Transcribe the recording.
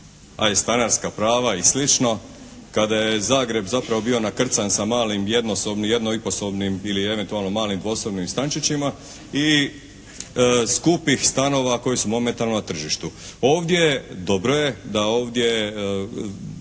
a i stanarska prava i slično, kada je Zagreb zapravo bio zakrcan sa malim jednosobnim, jednoiposobnim ili eventualno malim dvosobnim stančićima i skupih stanova koji su momentalno na tržištu. Ovdje je, dobro je da ovdje